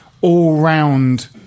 all-round